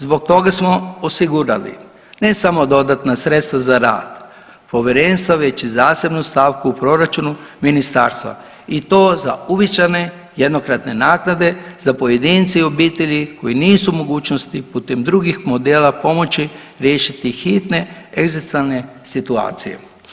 Zbog toga smo osigurali ne samo dodatna sredstva za rad Povjerenstva već i zasebnu stavku u proračunu ministarstva i to za uvećane jednokratne naknade za pojedince i obitelji koji nisu u mogućnosti putem drugih modela pomoći riješiti hitne egzistencijalne situacije.